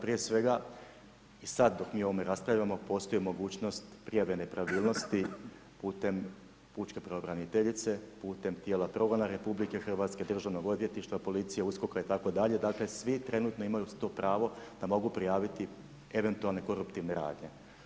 Prije svega, i sad dok mi o ovome raspravljamo, postoji mogućnost prijave nepravilnosti putem pučke pravobraniteljice, putem tijela progona RH, državnog odvjetništva, policije, USKOK-a itd. dakle svi trenutno imaju to pravo da mogu prijaviti eventualne koruptivne radnje.